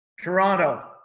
Toronto